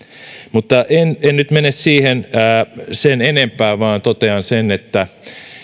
mutta en en nyt mene siihen sen enempää vaan totean sen että